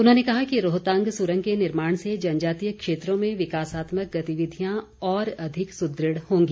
उन्होंने कहा कि रोहतांग सुरंग के निर्माण से जनजातीय क्षेत्रों में विकासात्मक गतिविधियां और अधिक सुदृढ़ होंगी